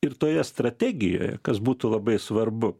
ir toje strategijoje kas būtų labai svarbu